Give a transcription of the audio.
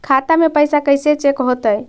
खाता में पैसा कैसे चेक हो तै?